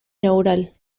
inaugural